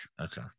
Okay